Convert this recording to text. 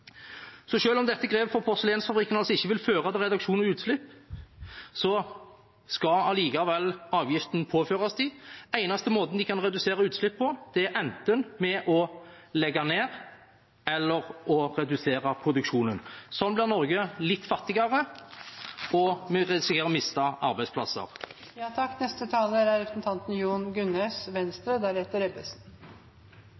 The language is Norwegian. Så selv om dette grepet for porselensfabrikken ikke vil føre til reduksjon i utslipp, skal allikevel avgiften påføres dem. Den eneste måten de kan redusere utslippene på, er enten ved å legge ned eller å redusere produksjonen. Slik blir Norge litt fattigere, og vi risikerer å miste arbeidsplasser. Norge skal nå klimamålene – og hvordan? Den gode nyheten er